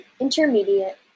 intermediate